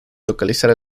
localizar